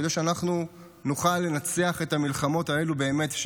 כדי שאנחנו נוכל לנצח את המלחמות האלו באמת,